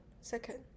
Second